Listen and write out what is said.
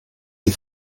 die